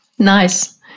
Nice